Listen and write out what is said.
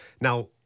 Now